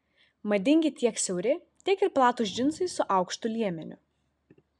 madingi tiek siauri tiek ir platūs džinsai su aukštu liemeniu